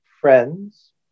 friends